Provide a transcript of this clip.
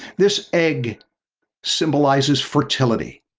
this egg symbolizes fertility.